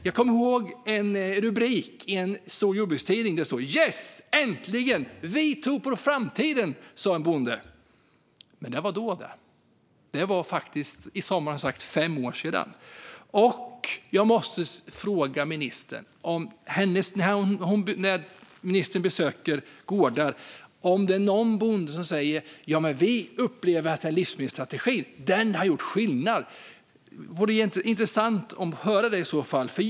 Jag kommer ihåg en rubrik i en stor jordbrukstidning. Det stod: Yes! Äntligen! Vi tror på framtiden, sa en bonde. Men det var då det. Det är i sommar fem år sedan. Jag måste fråga ministern om det, när hon besöker gårdar, är någon bonde som säger: Vi upplever att livsmedelsstrategin har gjort skillnad. Det vore i så fall intressant att höra det.